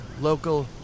local